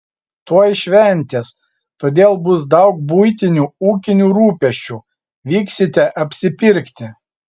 tuoj šventės todėl bus daug buitinių ūkinių rūpesčių vyksite apsipirkti